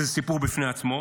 שזה סיפור בפני עצמו,